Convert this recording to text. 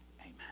amen